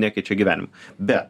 nekeičia gyvenimo bet